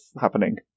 happening